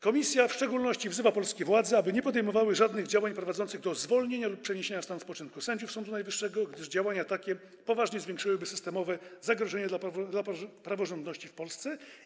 Komisja w szczególności wzywa polskie władze, aby nie podejmowały żadnych działań prowadzących do zwolnienia lub przeniesienia w stan spoczynku sędziów Sądu Najwyższego, gdyż działania takie poważnie zwiększyłyby systemowe zagrożenie dla praworządności w Polsce.